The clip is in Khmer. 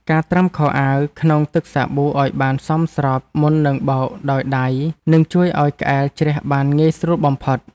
ការត្រាំខោអាវក្នុងទឹកសាប៊ូឱ្យបានសមស្របមុននឹងបោកដោយដៃនឹងជួយឱ្យក្អែលជ្រះបានងាយស្រួលបំផុត។